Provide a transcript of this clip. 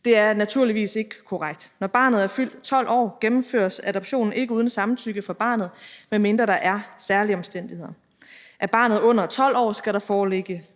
Det er naturligvis ikke korrekt. Når barnet er fyldt 12 år, gennemføres adoptionen ikke uden samtykke fra barnet, medmindre der er særlige omstændigheder. Er barnet under 12 år, skal der foreligge